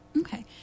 Okay